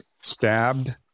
stabbed